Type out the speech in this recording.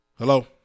Hello